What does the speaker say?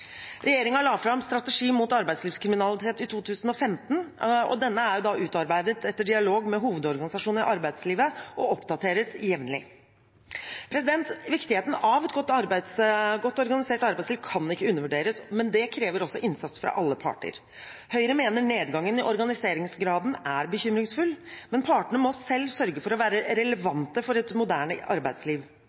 la fram strategien mot arbeidslivskriminalitet i 2015, og denne er utarbeidet etter dialog med hovedorganisasjonene i arbeidslivet og oppdateres jevnlig. Viktigheten av et godt organisert arbeidsliv kan ikke overvurderes, og det krever innsats fra alle parter. Høyre mener nedgangen i organiseringsgraden er bekymringfull, men partene må selv sørge for å være relevante for et moderne arbeidsliv.